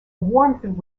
warmth